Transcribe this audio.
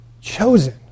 chosen